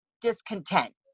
discontent